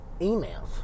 emails